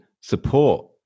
support